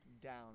down